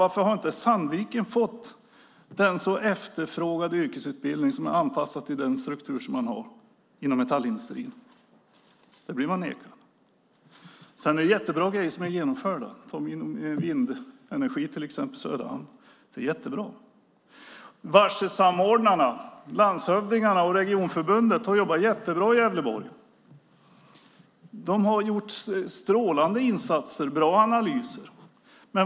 Varför har inte Sandviken fått den så efterfrågade yrkesutbildning som är anpassad till den struktur som finns inom metallindustrin? Den blir man nekad. Bra saker har genomförts, till exempel vindenergi i Söderhamn. Varselsamordnarna, landshövdingarna och regionförbundet, har jobbat bra i Gävleborg. De har gjort strålande insatser och bra analyser.